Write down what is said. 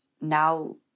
now